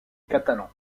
catalan